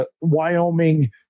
Wyoming